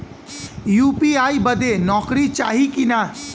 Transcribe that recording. UPI बदे नौकरी चाही की ना?